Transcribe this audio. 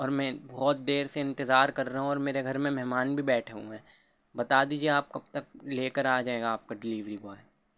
اور میں بہت دیر سے انتظار کر رہا ہوں اور میرے گھر میں مہمان بھی بیٹھے ہوئے ہیں بتا دیجیے آپ کب تک لے کر آ جائے گا آپ کا ڈلیوری بوائے